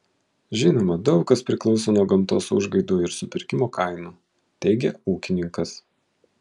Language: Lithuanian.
žinoma daug kas priklauso nuo gamtos užgaidų ir supirkimo kainų teigė ūkininkas